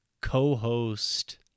co-host